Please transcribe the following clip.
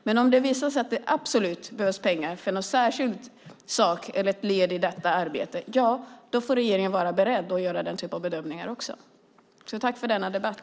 Men om det visar sig att det absolut behövs pengar för någon särskild sak eller ett led i detta arbete får regeringen vara beredd att göra den typen av bedömningar också. Tack för denna debatt!